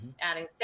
adding